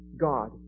God